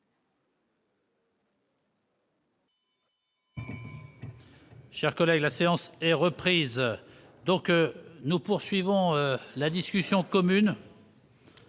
Chers collègues, la séance et reprise donc nous poursuivons la discussion commune.